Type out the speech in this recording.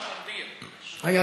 מי בעד ומי נגד?